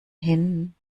hin